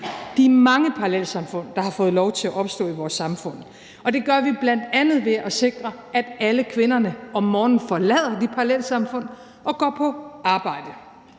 de mange parallelsamfund, der har fået lov til at opstå i vores samfund, op, og det gør vi bl.a. ved at sikre, at alle kvinderne om morgenen forlader de parallelsamfund og går på arbejde.